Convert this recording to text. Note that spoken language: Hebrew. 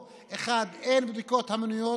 1. אין בדיקות המוניות,